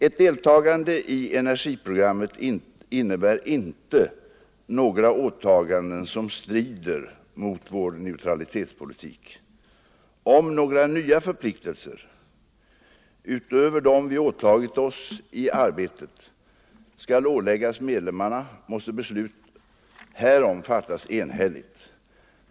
Ett deltagande i energiprogrammet innebär inte några åtaganden som strider mot vår neutralitetspolitik. Om några nya förpliktelser — utöver dem vi åtagit oss i arbetet — skall åläggas medlemmarna måste beslut härom fattas enhälligt.